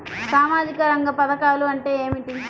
సామాజిక రంగ పధకాలు అంటే ఏమిటీ?